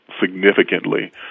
significantly